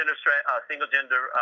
single-gender